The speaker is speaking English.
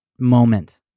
moment